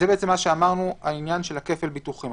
זה העניין של כפל הביטוחים.